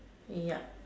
yup